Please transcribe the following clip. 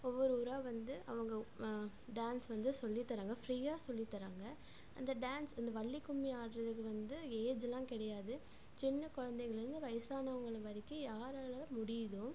ஒவ்வொரு ஊராக வந்து அவங்க டான்ஸ் வந்து சொல்லித்தராங்க ஃப்ரீயாக சொல்லித்தராங்க அந்த டான்ஸ் அந்த வள்ளி கும்மி ஆடுறதுக்கு வந்து ஏஜ்லாம் கிடையாது சின்ன குழந்தைலேருந்து வயசானவங்க வரைக்கும் யாரால் முடியுதோ